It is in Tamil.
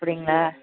அப்படிங்களா